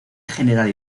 general